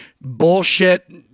bullshit